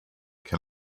can